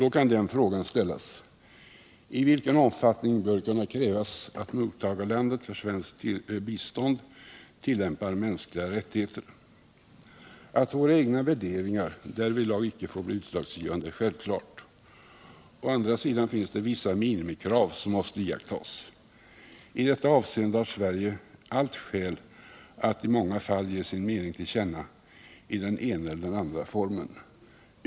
Då kan den frågan ställas: I vilken omfattning bör det kunna krävas att mottagarländer för svenskt bistånd tillämpar mänskliga rättigheter? Att våra egna värderingar därvidlag icke får bli utslagsgivande är självklart. Å andra sidan finns det vissa minimikrav som måste iakttas. I detta avseende har Sverige allt skäl att i några fall ge sin mening till känna i den ena eller den andra formen.